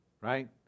right